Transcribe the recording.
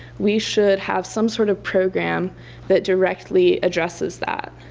we should have some sort of program that directly addresses that.